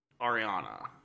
Ariana